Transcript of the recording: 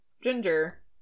Ginger